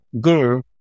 girl